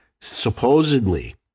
supposedly